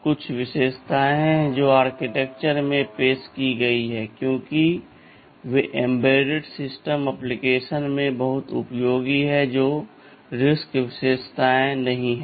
कुछ विशेषताएं हैं जो आर्किटेक्चर में पेश की गई हैं क्योंकि वे एम्बेडेड सिस्टम ऍप्लिकेशन्स में बहुत उपयोगी हैं जो कि RISC विशेषताओं नहीं हैं